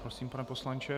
Prosím, pane poslanče.